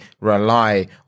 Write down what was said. rely